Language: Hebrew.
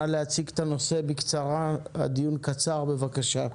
נא להציג את הנושא בקצרה, הדיון קצר, בבקשה.